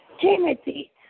Timothy